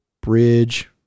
bridge